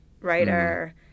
writer